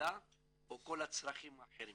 ההשכלה או כל הצרכים האחרים.